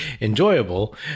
enjoyable